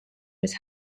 was